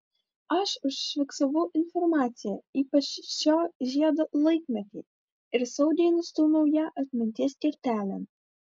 aš užfiksavau informaciją ypač šio žiedo laikmetį ir saugiai nustūmiau ją atminties kertelėn